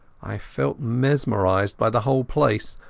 i felt mesmerized by the whole place,